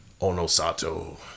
Onosato